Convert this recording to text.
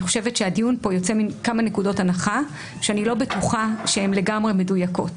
לדעתי הדיון יוצא מכמה נקודות הנחה שאני לא בטוחה שהן לגמרי מדויקות.